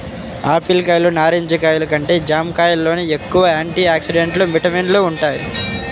Apple కాయలు, నారింజ కాయలు కంటే జాంకాయల్లోనే ఎక్కువ యాంటీ ఆక్సిడెంట్లు, విటమిన్లు వుంటయ్